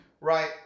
Right